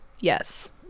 yes